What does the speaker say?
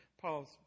Paul's